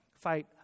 fight